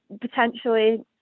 potentially